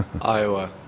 Iowa